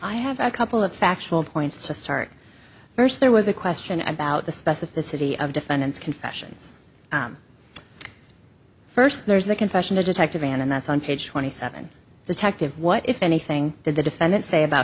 i have a couple of factual points to start first there was a question about the specificity of defendant's confessions first there's a confession to detective and that's on page twenty seven detective what if anything did the defendant say about